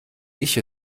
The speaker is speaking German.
ich